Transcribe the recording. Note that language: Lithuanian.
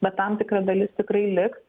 bet tam tikra dalis tikrai liks